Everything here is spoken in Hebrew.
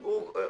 הוא מת.